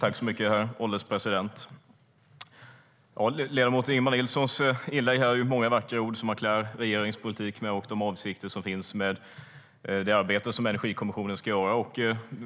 Herr ålderspresident! Ledamoten Ingemar Nilssons inlägg är många vackra ord som han klär regeringens politik med och de avsikter som finns med det arbete som Energikommissionen ska göra.